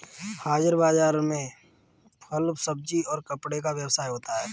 हाजिर बाजार में फल फूल सब्जी और कपड़े का व्यवसाय होता है